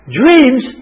dreams